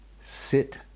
sit